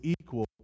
equal